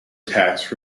tax